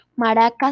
maracas